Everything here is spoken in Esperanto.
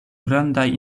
grandaj